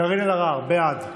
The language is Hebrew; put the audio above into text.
קארין אלהרר בעד.